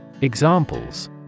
Examples